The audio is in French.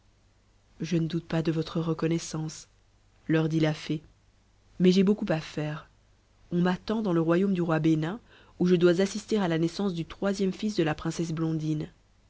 je ne doute pas de votre reconnaissance leur dit la fée mais j'ai beaucoup à faire on m'attend dans le royaume du roi bénin où je dois assister à la naissance du troisième fils de la princesse blondine